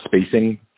spacing